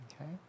Okay